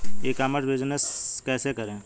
ई commerce business कैसे करें?